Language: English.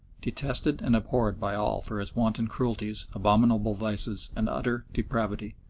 detested and abhorred by all for his wanton cruelties, abominable vices, and utter depravity.